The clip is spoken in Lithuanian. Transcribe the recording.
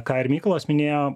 ką ir mykolas minėjo